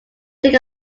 take